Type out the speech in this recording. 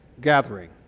gathering